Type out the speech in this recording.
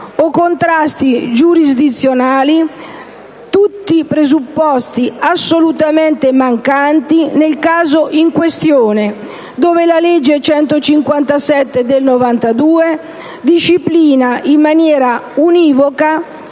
o contrasti giurisprudenziali, tutti presupposti assolutamente mancanti nel caso in questione, dove la legge n. 157 del 1992 disciplina in maniera univoca